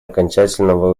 окончательного